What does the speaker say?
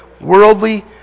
worldly